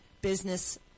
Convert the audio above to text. business